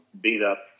beat-up